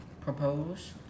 propose